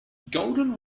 golden